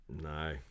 No